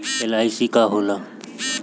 LIC का होला?